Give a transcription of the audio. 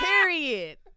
Period